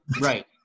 right